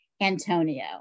Antonio